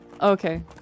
okay